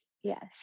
Yes